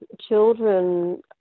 children